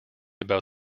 about